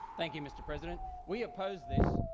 thank you mister president. we oppose this.